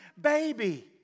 baby